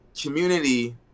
community